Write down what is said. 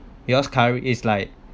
because currently is like